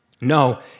No